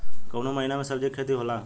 कोउन महीना में सब्जि के खेती होला?